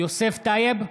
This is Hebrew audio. יוסף טייב,